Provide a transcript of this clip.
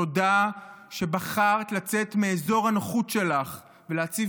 תודה שבחרת לצאת מאזור הנוחות שלך ולהציב